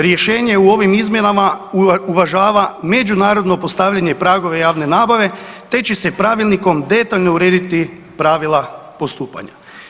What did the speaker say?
Rješenje u ovim izmjenama uvažava međunarodno postavljanje pragova javne nabave, te će se pravilnikom detaljno urediti pravila postupanja.